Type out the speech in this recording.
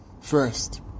first